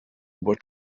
were